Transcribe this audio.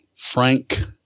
Frank